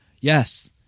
Yes